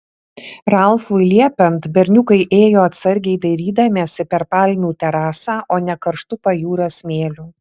ralfui liepiant berniukai ėjo atsargiai dairydamiesi per palmių terasą o ne karštu pajūrio smėliu